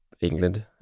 England